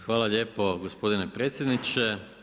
Hvala lijepo gospodine predsjedniče.